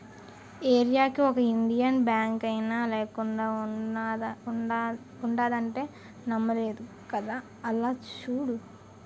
ఏరీయాకి ఒక ఇండియన్ బాంకైనా లేకుండా ఉండదంటే నమ్మలేదు కదా అలా చూడు